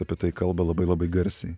apie tai kalba labai labai garsiai